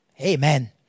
Amen